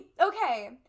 okay